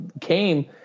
came